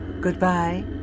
Goodbye